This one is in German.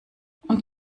und